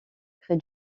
près